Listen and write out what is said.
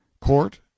Court